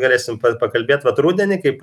galėsim pakalbėt vat rudenį kaip